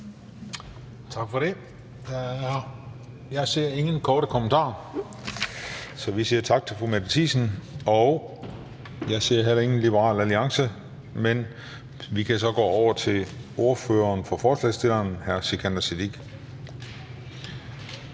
Tak for det. Jeg ser ingen til korte bemærkninger, så vi siger tak til fru Mette Thiesen. Jeg ser heller ingen fra Liberal Alliance, men vi kan så gå over til ordføreren for forslagsstillerne, hr. Sikandar Siddique.